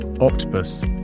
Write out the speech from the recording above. Octopus